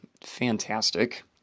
fantastic